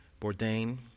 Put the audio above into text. Bourdain